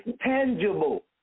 tangible